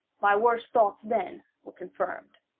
my worst thoughts, then, were confirmed.